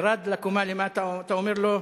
ירד לקומה למטה, אומר לו: